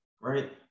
right